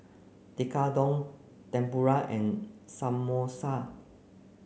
Tekkadon Tempura and Samosa